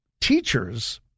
teachers